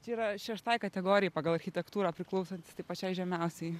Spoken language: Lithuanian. čia yra šeštai kategorijai pagal architektūrą priklausantis tai pačiai žemiausiai